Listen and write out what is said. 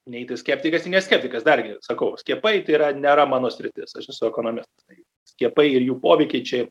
nei tai skeptikas nei ne skeptikas dargi sakau skiepai tai yra nėra mano sritis aš esu ekonomistas tai skiepai ir jų poveikiai čia